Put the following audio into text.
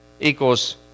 equals